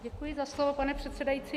Děkuji za slovo, pane předsedající.